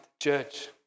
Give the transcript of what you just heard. church